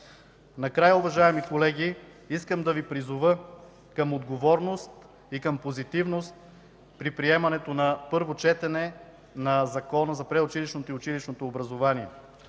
Накрая, уважаеми колеги, искам да Ви призова към отговорност и към позитивност при приемането на първо четене на Законопроекта за предучилищното и училищното образование.